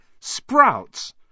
Sprouts